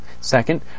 Second